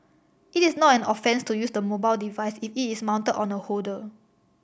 it is not an offence to use the mobile device if it is mounted on a holder